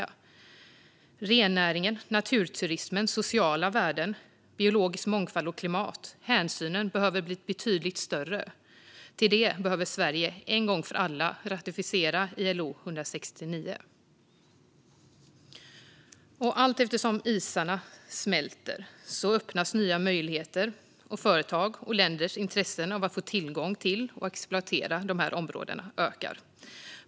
När det gäller rennäringen, naturturismen, sociala värden, biologisk mångfald och klimat behöver hänsynen bli betydligt större. Till det kommer att Sverige en gång för alla behöver ratificera ILO 169. Allteftersom isarna smälter öppnas nya möjligheter, och företags och länders intressen av att få tillgång till och exploatera dessa områdena ökar.